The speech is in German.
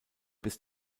bis